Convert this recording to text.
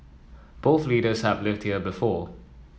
both leaders have lived here before